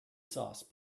sauce